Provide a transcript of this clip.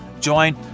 join